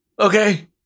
okay